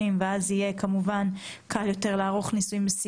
לנו אומרים שבכל מחקר בקנאביס צריך להגיע לירושלים.